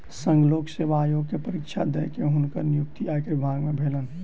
संघ लोक सेवा आयोग के परीक्षा दअ के हुनकर नियुक्ति आयकर विभाग में भेलैन